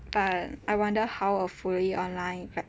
but I wonder how a fully online